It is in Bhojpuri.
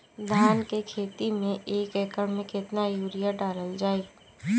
धान के खेती में एक एकड़ में केतना यूरिया डालल जाई?